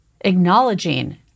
acknowledging